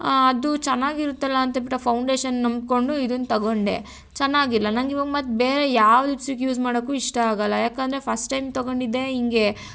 ಅದು ಚೆನ್ನಾಗಿರುತ್ತಲ್ಲ ಅಂತ್ಹೇಳ್ಬಿಟ್ಟು ಆ ಫೌಂಡೇಶನ್ ನಂಬಿಕೊಂಡು ಇದನ್ನು ತಗೊಂಡೆ ಚೆನ್ನಾಗಿಲ್ಲ ನನಗ್ ಇವಾಗ ಮತ್ತೆ ಬೇರೆ ಯಾವ ಲಿಪ್ಸ್ಟಿಕ್ ಯೂಸ್ ಮಾಡೋಕು ಇಷ್ಟ ಆಗಲ್ಲ ಯಾಕೆಂದ್ರೆ ಫಸ್ಟ್ ಟೈಮ್ ತಗೊಂಡಿದ್ದೇ ಹಿಂಗೆ